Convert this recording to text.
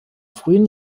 frühen